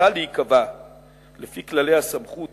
ממשיכה להיקבע לפי כללי הסמכות